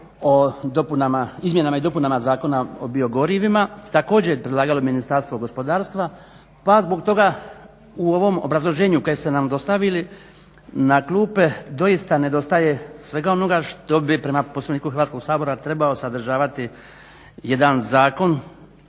o izmjenama i dopunama Zakona o biogorivima također je predlagalo Ministarstvo gospodarstva pa zbog toga u ovom obrazloženju koje ste nam dostavili na klupe doista nedostaje svega onoga što bi prema Poslovniku Hrvatskog sabora trebao sadržavati jedan zakon